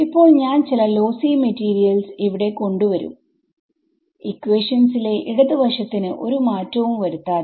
ഇപ്പോൾ ഞാൻ ചില ലോസി മെറ്റീരിയൽസ് ഇവിടെ കൊണ്ട് വരും ഇക്വേഷൻസിലെ ഇടത് വശത്തിന് ഒരു മാറ്റവും വരുത്താതെ